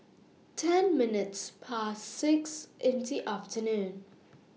ten minutes Past six in The afternoon